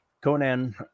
Conan